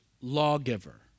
lawgiver